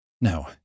No